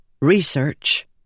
Research